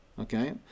okay